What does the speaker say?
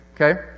okay